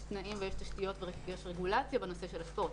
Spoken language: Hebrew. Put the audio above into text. יש תנאים ויש תשתיות ויש רגולציה בנושא של הספורט.